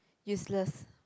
useless